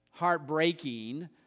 heartbreaking